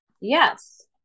Yes